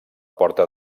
porta